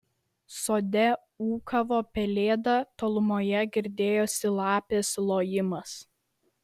sode ūkavo pelėda tolumoje girdėjosi lapės lojimas